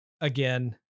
again